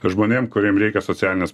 kad žmonėm kuriem reikia socialinės